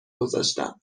گذاشتم